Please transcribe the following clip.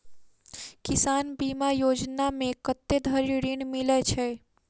किसान बीमा योजना मे कत्ते धरि ऋण मिलय छै?